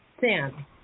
Sam